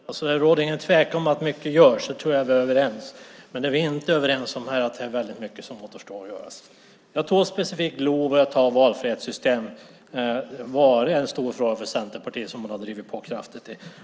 Fru talman! Det råder ingen tvekan om att mycket görs. Det är vi överens om, men vi är inte överens om att väldigt mycket återstår att göra. Lagen om valfrihetssystem har varit en stor fråga för Centerpartiet som har drivit på kraftigt.